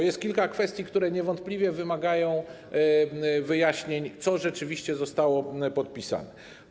Jest kilka kwestii, które niewątpliwie wymagają wyjaśnień, chodzi o to, co rzeczywiście zostało podpisane.